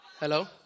Hello